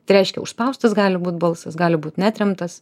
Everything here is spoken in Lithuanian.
tai reiškia užspaustas gali būt balsas gali būt neatremtas